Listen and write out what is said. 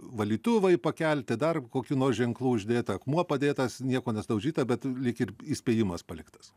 valytuvai pakelti dar kokių nors ženklų uždėta akmuo padėtas nieko nesudaužyta bet lyg ir įspėjimas paliktas